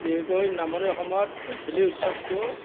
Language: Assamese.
বিশেষকৈ নামনি অসমত ভঠেলি উৎসৱটো